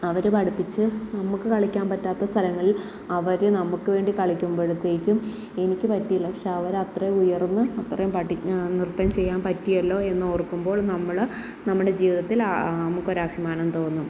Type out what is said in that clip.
അവര് പഠിപ്പിച്ച് നമുക്ക് കളിക്കാൻ പറ്റാത്ത സ്ഥലങ്ങളിൽ അവര് നമക്ക് വേണ്ടി കളിക്കുമ്പഴത്തേക്കും എനിക്ക് പറ്റിയില്ല പഷേ അവരത്ര ഉയർന്ന് അത്രയും പഠി ആ നൃത്തം ചെയ്യാൻ പറ്റിയല്ലോ എന്നോർക്കുമ്പോൾ നമ്മള് നമ്മുടെ ജീവിതത്തിലാ ആ നമുക്ക് ഒരു അഭിമാനം തോന്നും